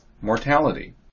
mortality